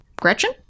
Gretchen